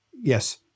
Yes